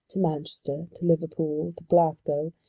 to manchester, to liverpool, to glasgow,